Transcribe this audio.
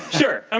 sure. um